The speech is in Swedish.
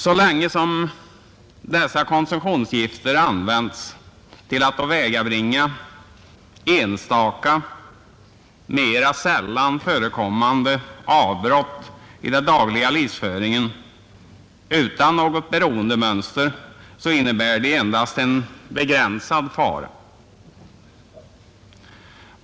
Så länge dessa konsumtionsgifter används till att åvägabringa enstaka, mera sällan förekommande avbrott i den dagliga livsföringen utan att bilda något beroendemönster innebär de endast en begränsad fara.